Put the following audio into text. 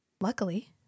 Luckily